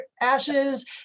ashes